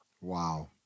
wow